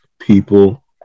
people